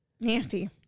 nasty